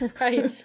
right